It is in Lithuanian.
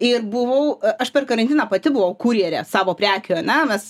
ir buvau aš per karantiną pati buvau kurjerė savo prekių ane mes